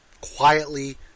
quietly